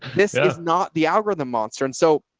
this is not the algorithm monster. and so.